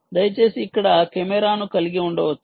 దయచేసి ఇక్కడ కెమెరాను కలిగి ఉండవచ్చా